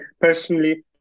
personally